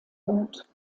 gut